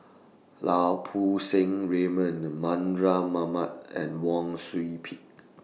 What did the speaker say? Lau Poo Seng Raymond Mardan Mamat and Wang Sui Pick